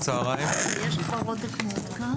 (הישיבה נפסקה בשעה 12:00 ונתחדשה בשעה 16:09.)